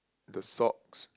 the socks